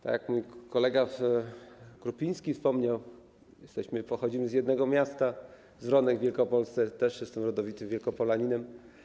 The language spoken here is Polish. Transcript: Tak jak mój kolega Grupiński wspomniał - pochodzimy z jednego miasta, z Wronek w Wielkopolsce, też jestem rodowitym Wielkopolaninem.